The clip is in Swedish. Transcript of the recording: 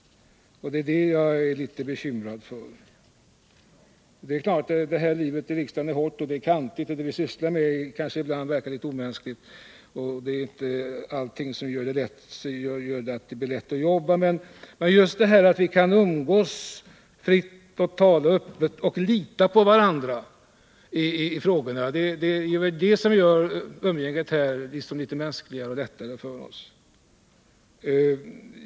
Och det är detta jag är litet bekymrad över. Det är klart: Livet i riksdagen kan väl vara hårt och kantigt, det vi sysslar med verkar kanske ibland litet omänskligt, och det är inte allt som gör det lätt att jobba. Men just detta att vi kan umgås fritt, tala öppet och lita på varandra i de olika frågorna är det som gör umgänget här litet mänskligare och lättare för OSS.